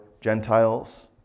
Gentiles